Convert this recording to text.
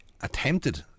attempted